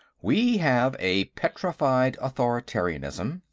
we have a petrified authoritarianism.